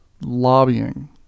lobbying